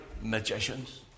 magicians